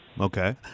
Okay